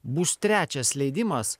bus trečias leidimas